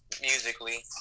Musically